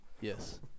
Yes